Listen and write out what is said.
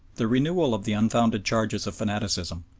the renewal of the unfounded charges of fanaticism,